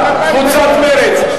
קבוצת מרצ,